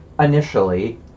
Initially